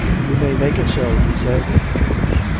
you may make it so he said, if you choose.